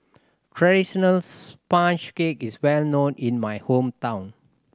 traditional sponge cake is well known in my hometown